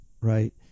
right